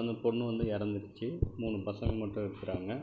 அந்த பொண்ணு வந்து இறந்துடுச்சு மூணு பசங்க மட்டும் இருக்குறாங்க